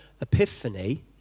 Epiphany